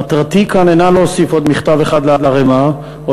מטרתי כאן אינה להוסיף עוד מכתב לערמה או